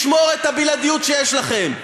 לשמור את הבלעדיות שיש לכם,